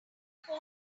coding